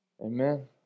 Amen